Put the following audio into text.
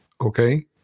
okay